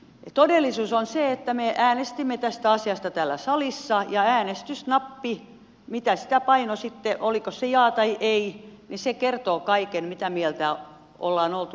todellisuus on se että me äänestimme tästä asiasta täällä salissa ja äänestysnappi mitä painettiin oliko se jaa tai ei kertoo kaiken siitä mitä mieltä ollaan oltu asiasta